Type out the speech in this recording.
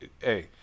hey